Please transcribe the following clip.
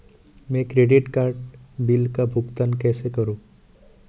मैं credit card bill का भुगतान कैसे करूं?